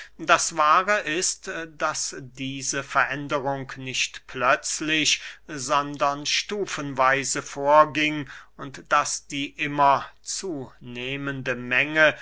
das wahre ist daß diese veränderung nicht plötzlich sondern stufenweise vorging und daß die immer zunehmende menge